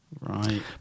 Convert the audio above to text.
right